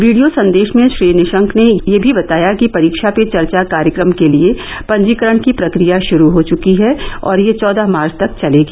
video संदेश में श्री निशंक ने यह भी बताया कि परीक्षा पे चर्चा कार्यक्रम के लिए पंजीकरण की प्रक्रिया शुरू हो चुकी है और यह चौदह मार्च तक चलेगी